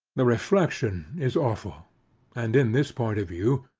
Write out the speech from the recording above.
the reflexion is awful and in this point of view,